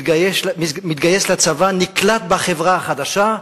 מתגייס לצבא, נקלט בחברה החדשה,